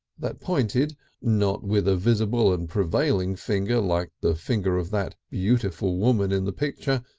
that pointed not with a visible and prevailing finger like the finger of that beautiful woman in the picture,